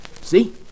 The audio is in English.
See